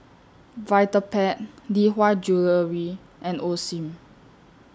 Vitapet Lee Hwa Jewellery and Osim